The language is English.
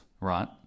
right